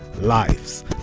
lives